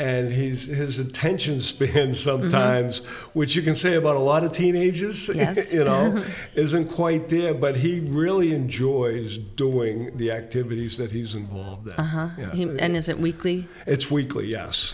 and he's his attention span sometimes which you can say about a lot of teenagers you know isn't quite there but he really enjoys doing the activities that he's involved here and is it weekly it's weekly yes